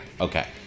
Okay